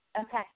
okay